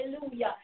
Hallelujah